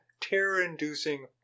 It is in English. terror-inducing